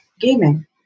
gaming